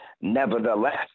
Nevertheless